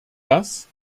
das